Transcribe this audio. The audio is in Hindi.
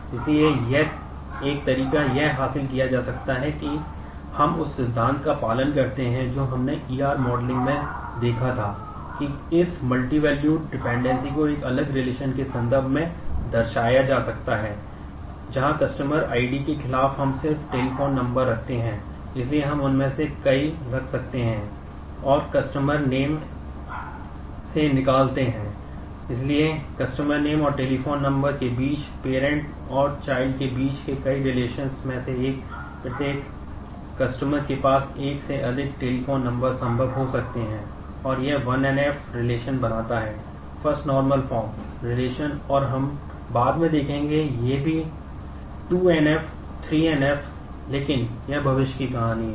इसलिए एक तरीका यह हासिल किया जा सकता है कि हम उस सिद्धांत का पालन करते हैं जो हमने E r मॉडलिंग और हम बाद में देखेंगे यह भी 2 NF और 3 NF है लेकिन यह भविष्य की कहानी है